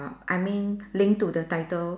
I mean link to the title